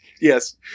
Yes